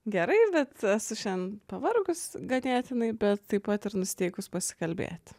gerai bet esu šen pavargus ganėtinai bet taip pat ir nusiteikus pasikalbėt